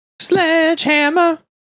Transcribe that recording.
Sledgehammer